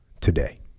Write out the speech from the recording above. today